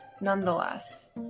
nonetheless